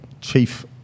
chief